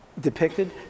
depicted